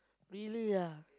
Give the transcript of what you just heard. really ah